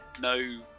no